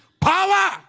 power